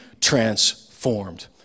transformed